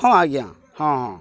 ହଁ ଆଜ୍ଞା ହଁ ହଁ